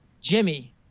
Jimmy